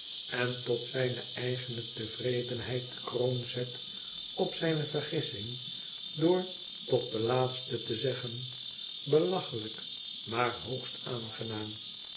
en tot zijne eigene tervredenheid de kroon zet op zijne vergissing door tot den latsten te zeggen i belachelijk maar hoogst aangenaam